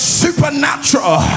supernatural